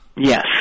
Yes